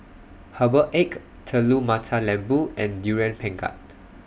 Herbal Egg Telur Mata Lembu and Durian Pengat